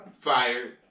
Fired